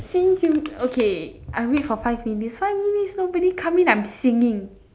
sing okay I wait for five minutes five minutes nobody come in I'm singing